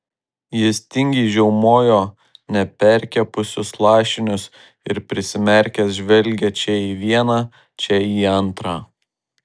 jis tingiai žiaumojo neperkepusius lašinius ir prisimerkęs žvelgė čia į vieną čia į antrą